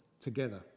together